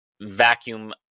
vacuum